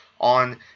on